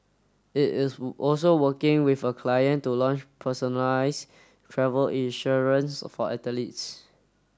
it is also working with a client to launch personalised travel insurance for athletes